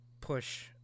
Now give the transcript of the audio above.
push